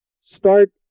start